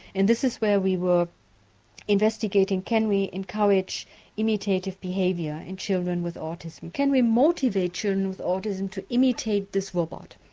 and this is where we were investigating. can we encourage imitative behaviour in children with autism? can we motivate children with autism to imitate this robot?